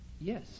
yes